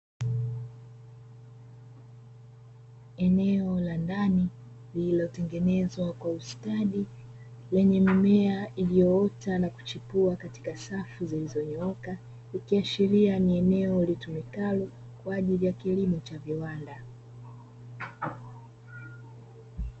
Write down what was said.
Eneo la ndani lililotengenezwa kwa ustadi, lenye mimea iliyoota na kuchipua katika safu zilizonyooka, ikiashiria ni eneo litumikalo kwa ajili ya kilimo cha viwanda.